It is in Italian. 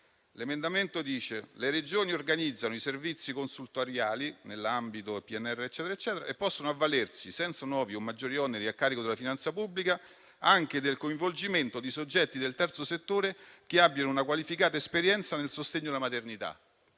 L'emendamento afferma che le Regioni organizzano i servizi consultoriali, nell'ambito del PNRR, e possono avvalersi, senza nuovi o maggiori oneri a carico della finanza pubblica, anche del coinvolgimento di soggetti del terzo settore che abbiano una qualificata esperienza nel sostegno alla maternità.